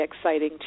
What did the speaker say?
exciting